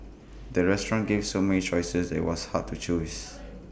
the restaurant gave so many choices that IT was hard to choose